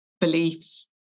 beliefs